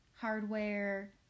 hardware